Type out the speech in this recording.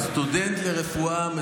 סטודנט לרפואה,